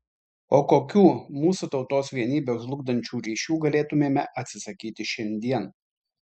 o kokių mūsų tautos vienybę žlugdančių ryšių galėtumėme atsisakyti šiandien